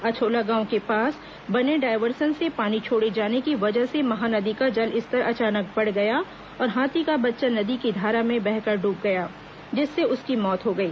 अछोला गांव के पास बने डायवर्सन से पानी छोड़े जाने की वजह से महानदी का जलस्तर अचानक बढ़ गया और हाथी का बच्चा नदी की धारा में बहकर डूब गया जिससे उसकी मौत हो गई